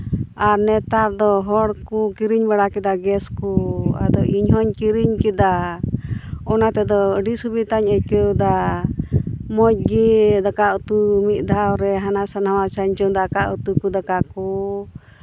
ᱟᱨ ᱱᱮᱛᱟᱨ ᱫᱚ ᱦᱚᱲ ᱠᱚ ᱠᱤᱨᱤᱧ ᱵᱟᱲᱟ ᱠᱮᱫᱟ ᱜᱮᱥ ᱠᱚ ᱟᱫᱚ ᱤᱧ ᱦᱚᱧ ᱠᱤᱨᱤᱧ ᱠᱮᱫᱟ ᱚᱱᱟ ᱛᱮᱫᱚ ᱟᱹᱰᱤ ᱥᱩᱵᱤᱫᱷᱟᱧ ᱟᱹᱭᱠᱟᱹᱣᱫᱟ ᱢᱚᱡᱽ ᱜᱮ ᱫᱟᱠᱟ ᱩᱛᱩ ᱢᱤᱫ ᱫᱷᱟᱣ ᱨᱮ ᱦᱟᱱᱟᱥᱟ ᱱᱚᱣᱟ ᱥᱟ ᱪᱚᱸᱫᱟ ᱠᱟᱜ ᱩᱛᱩ ᱠᱚ ᱫᱟᱠᱟ ᱠᱚ